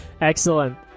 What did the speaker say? excellent